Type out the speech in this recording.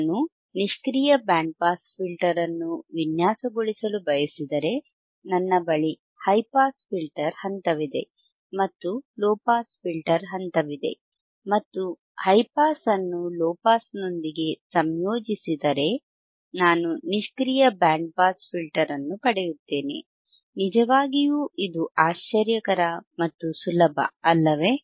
ನಾನು ನಿಷ್ಕ್ರಿಯ band pass filter ಅನ್ನು ವಿನ್ಯಾಸಗೊಳಿಸಲು ಬಯಸಿದರೆ ನನ್ನ ಬಳಿ ಹೈ ಪಾಸ್ ಫಿಲ್ಟರ್ ಹಂತವಿದೆ ಮತ್ತು ಲೊ ಪಾಸ್ ಫಿಲ್ಟರ್ ಹಂತವಿದೆ ಮತ್ತು ಹೈ ಪಾಸ್ ಅನ್ನು ಲೊ ಪಾಸ್ನೊಂದಿಗೆ ಸಂಯೋಜಿಸಿದರೆ ನಾನು ನಿಷ್ಕ್ರಿಯ ಬ್ಯಾಂಡ್ ಪಾಸ್ ಫಿಲ್ಟರ್ ಅನ್ನು ಪಡೆಯುತ್ತೇನೆ ನಿಜವಾಗಿಯೂ ಇದು ಆಶ್ಚರ್ಯಕರ ಮತ್ತು ಸುಲಭ ಅಲ್ಲವೇ